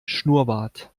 schnurrbart